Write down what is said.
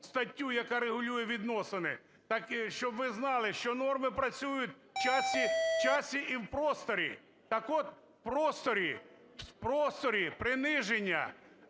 статтю, яка регулює відносини, так, щоб ви знали, що норми працюють в часі і в просторі. Так от, в просторі приниження